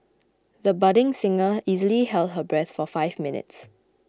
the budding singer easily held her breath for five minutes